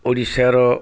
ଓଡ଼ିଶାର